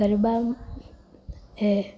garba એ